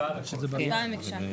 הצבעה במקשה.